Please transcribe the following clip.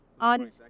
On